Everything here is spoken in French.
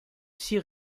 six